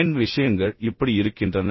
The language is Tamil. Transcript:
ஏன் விஷயங்கள் இப்படி இருக்கின்றன